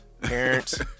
Parents